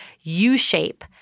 U-shape